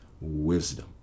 wisdom